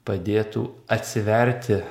padėtų atsiverti